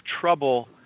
trouble